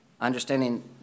understanding